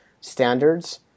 standards